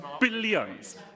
billions